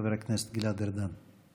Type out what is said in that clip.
חבר הכנסת גלעד ארדן.